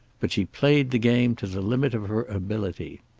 but she played the game to the limit of her ability.